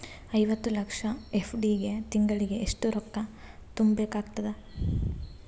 ಐವತ್ತು ಲಕ್ಷ ಎಫ್.ಡಿ ಗೆ ತಿಂಗಳಿಗೆ ಎಷ್ಟು ರೊಕ್ಕ ತುಂಬಾ ಬೇಕಾಗತದ?